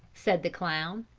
said the clown.